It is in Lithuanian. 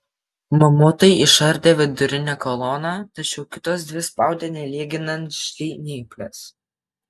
mamutai išardė vidurinę koloną tačiau kitos dvi spaudė nelyginant žnyplės